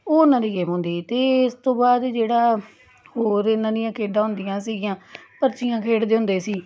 ਉਹ ਉਹਨਾਂ ਦੀ ਗੇਮ ਹੁੰਦੀ ਸੀ ਅਤੇ ਇਸ ਤੋਂ ਬਾਅਦ ਜਿਹੜਾ ਹੋਰ ਇਹਨਾਂ ਦੀਆਂ ਗੇਮਾਂ ਹੁੰਦੀਆਂ ਸੀਗੀਆਂ ਪਰਚੀਆਂ ਖੇਡਦੇ ਹੁੰਦੇ ਸੀ